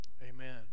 Amen